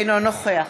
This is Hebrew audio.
אינו נוכח